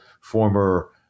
former